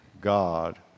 God